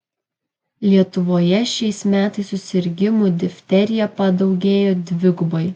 lietuvoje šiais metais susirgimų difterija padaugėjo dvigubai